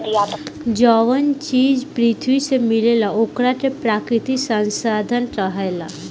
जवन चीज पृथ्वी से मिलेला ओकरा के प्राकृतिक संसाधन कहाला